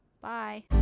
Bye